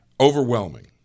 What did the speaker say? Overwhelming